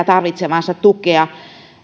tarvitsemaansa tukea